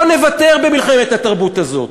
לא נוותר במלחמת התרבות הזאת.